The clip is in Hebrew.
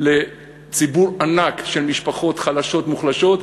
על ציבור ענק של משפחות חלשות ומוחלשות,